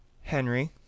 Henry